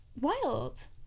Wild